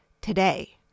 Today